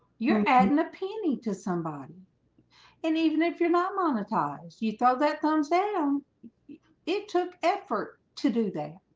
you're adding a penny to somebody and even if you're not monetized you throw that thumbs down it took effort to do that.